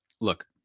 look